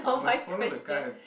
would you must follow the guides